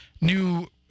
new